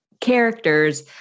characters